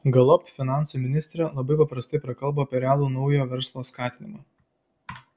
galop finansų ministrė labai paprastai prakalbo apie realų naujo verslo skatinimą